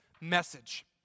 message